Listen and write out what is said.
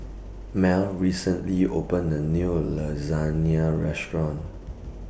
Mel recently opened A New Lasagne Restaurant